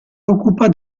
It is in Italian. occupa